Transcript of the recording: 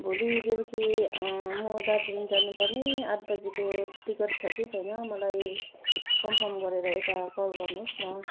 भोली बेलुकी म दार्जिलिङ जानु पर्ने आठ बजीको टिकट छ कि छैन मलाई कम्फर्म गरेर यता कल गर्नुहोस् न